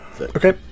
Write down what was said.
Okay